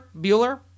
Bueller